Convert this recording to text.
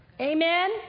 Amen